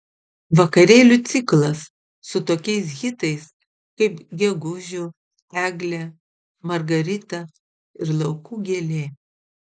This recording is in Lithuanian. vakarėlių ciklas su tokiais hitais kaip gegužiu eglė margarita ir laukų gėlė